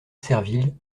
serville